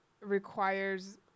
requires